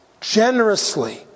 generously